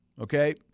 Okay